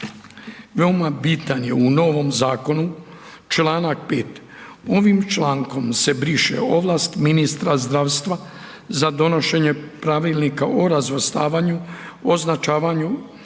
Veoma bitan je u novom zakonu čl. 5. Ovim člankom se briše ovlast ministra zdravstva za donošenje Pravilnika o razvrstavanju, označavanju